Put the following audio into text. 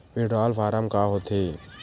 Withdrawal form का होथे?